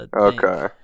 okay